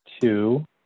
two